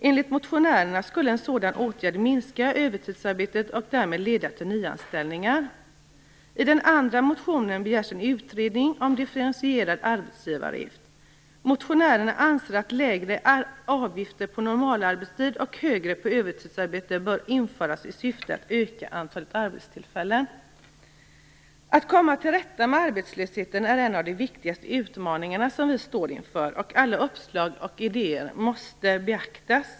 Enligt motionärerna skulle en sådan åtgärd minska övertidsarbetet och därmed leda till nyanställningar. I den andra motionen begärs en utredning om differentierade arbetsgivaravgifter. Motionärerna anser att lägre avgifter på normal arbetstid och högre på övertidsarbete bör införas i syfte att öka antalet arbetstillfällen. Att komma till rätta med arbetslösheten är en av de viktigaste utmaningarna som vi står inför, och alla uppslag och idéer måste beaktas.